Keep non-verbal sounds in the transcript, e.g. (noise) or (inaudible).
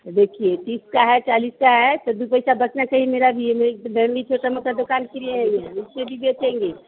देखिए तीस का है चालीस का है तो दो पैसा बचना चाहिए मेरा भी यह मेरी (unintelligible) छोटा मोटा दुकान के लिए नहीं हैं इसे भी बेचेंगे